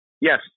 Yes